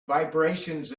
vibrations